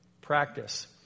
practice